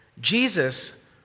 Jesus